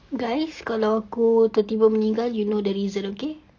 guys kalau aku tiba-tiba meninggal you know the reason okay